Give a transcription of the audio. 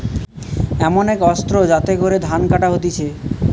এমন এক অস্ত্র যাতে করে ধান কাটা হতিছে